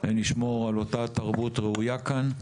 ונשמור על תרבות ראויה כאן.